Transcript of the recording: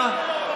למה?